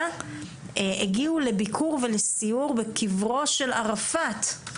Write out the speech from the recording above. הגיעו לביקור ולסיור בקברו של ערפאת.